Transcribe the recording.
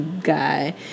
Guy